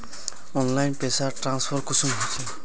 Online पैसा transfer कुंसम होचे?